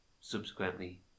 subsequently